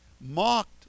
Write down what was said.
mocked